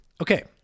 Okay